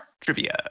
Trivia